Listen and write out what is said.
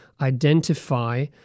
identify